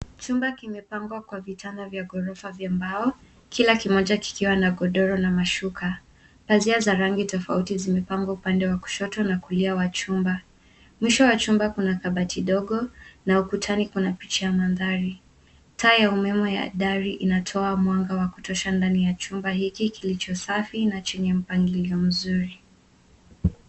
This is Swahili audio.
Chumba kimepangwa kwa vitanda vya gorofa vya mbao. Kila kimoja kikiwa na godoro na mashuka. Pazia za rangi tofauti zimepangwa upande wa kushoto na kulia wa chumba. Mwisho wa chumba kuna kabati ndogo na ukutani kuna picha ya mandhari. Taa ya umeme ya dari inatoa mwanga wa kutosha ndani ya chumba hiki kilicho safi na chenye mpangilio mzuri.